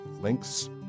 links